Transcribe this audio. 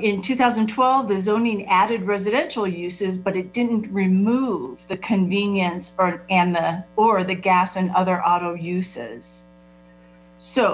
in two thousand and twelve the zoning added residential uses but it didn't remove the convenience part and the or the gas and other auto uses so